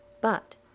But